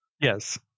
Yes